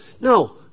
No